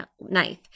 knife